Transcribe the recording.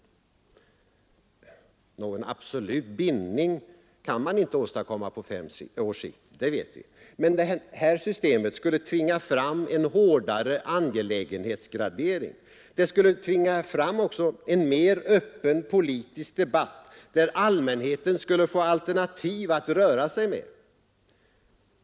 Någon absolut bindning kan man inte åstadkomma på fem års sikt — det vet vi — men det här systemet skulle tvinga fram en hårdare angelägenhetsgradering. Det skulle också tvinga fram en mer öppen politisk debatt, där allmänheten skulle få alternativ att röra sig med.